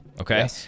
okay